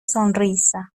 sonrisa